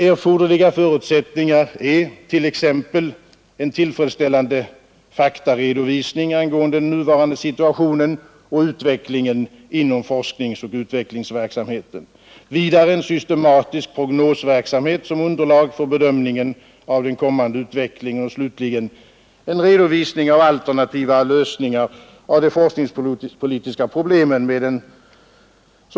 Erforderliga förutsättningar är t.ex. en tillfredsställande faktaredovisning angående den nuvarande situationen och utvecklingen inom forskningsoch utvecklingsverksamheten, vidare en systematisk prognosverksamhet som underlag för bedömningen av den kommande utvecklingen och slutligen en redovisning av alternativa lösningar av de forskningspolitiska problemen med en så gott sig göra 1" Riksdagens protokoll 1972.